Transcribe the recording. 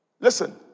Listen